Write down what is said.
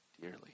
dearly